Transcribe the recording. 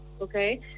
Okay